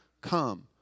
come